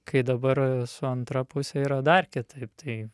kai dabar su antra puse yra dar kitaip tai